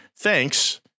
thanks